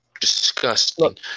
disgusting